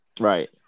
Right